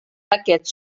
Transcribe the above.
aquests